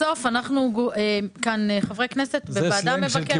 בסוף אנחנו חברי כנסת וועדה מבקרת.